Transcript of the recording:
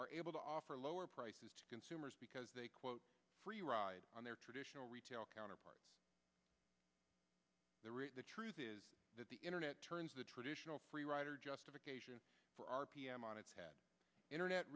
are able to offer lower prices to consumers because they quote free ride on their traditional retail counterparts the rate the truth is that the internet turns the traditional free rider justification for r p m on its head internet